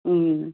മ്മ്